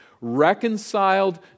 Reconciled